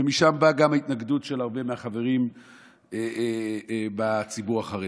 ומשם באה גם התנגדות של הרבה מהחברים בציבור החרדי.